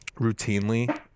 routinely